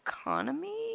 economy